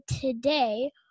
today